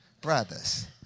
brothers